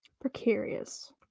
Precarious